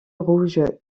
rouge